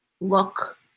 look